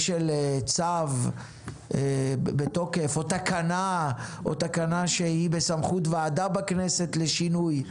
בשל צו בתוקף או תקנה שהיא בסמכות ועדה בכנסת לשינוי,